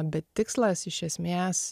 bet tikslas iš esmės